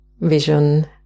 vision